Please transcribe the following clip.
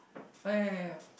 oh ya ya ya